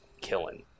killing